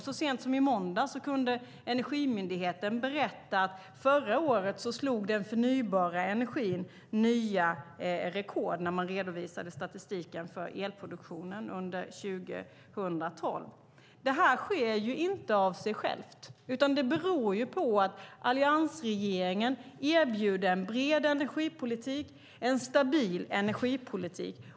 Så sent som i måndags kunde Energimyndigheten berätta att den förnybara energin slog nya rekord när man redovisade statistiken för elproduktionen under 2012. Detta sker inte av sig själv, utan det beror på att alliansregeringen erbjuder en bred och stabil energipolitik.